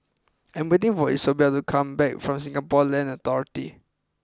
I am waiting for Isobel to come back from Singapore Land Authority